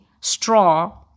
straw